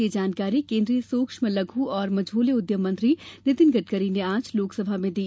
यह जानकारी केन्द्रीय सूक्ष्म लघु और मझोले उद्यम मंत्री नितिन गडकरी ने आज लोकसभा में दी